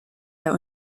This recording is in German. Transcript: der